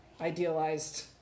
idealized